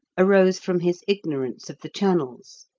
arose from his ignorance of the channels.